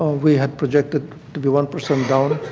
we had projected to be one percent down.